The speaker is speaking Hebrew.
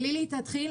לילי תתחיל,